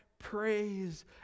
praise